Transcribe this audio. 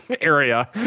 area